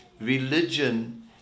religion